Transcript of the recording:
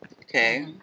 Okay